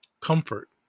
comfort